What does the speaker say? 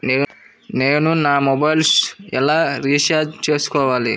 నేను నా మొబైల్కు ఎలా రీఛార్జ్ చేసుకోవాలి?